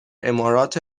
امارات